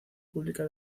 pública